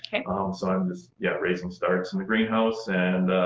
so, i'm just yeah, raising starts in the greenhouse and